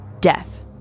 Death